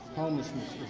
homelessness